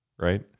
Right